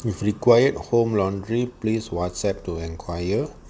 if required home laundry please whatsapp to enquire